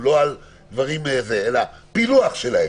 פילוח שלהם,